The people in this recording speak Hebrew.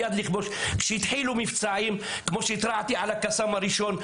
כשהתחילו מבצעים כמו שהתרעתי על הקסאם הראשון,